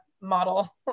model